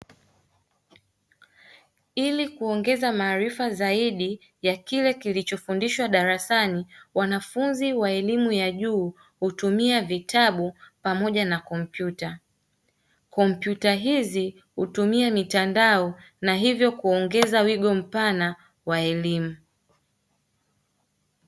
Ili kuongeza maarifa zaidi ya kile kilichofundishwa darasani wanafunzi wa elimu ya juu hutumia vitabu pamoja na kompyuta, kompyuta hizi hutumia mitandao na hivo kuongeza wigo mpana wa elimu.